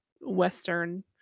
western